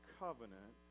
covenant